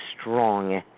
strong